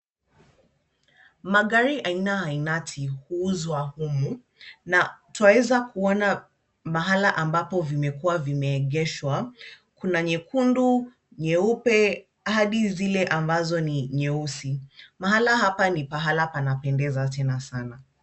Magari aina ainati huuzwa humu na twaweza kuona mahala ambapo vimekuwa vimeegeshwa. Kuna nyekundu, nyeupe hadi zile ambazo ni nyeusi. Mahala hapa ni pahala panapendeza tena sana.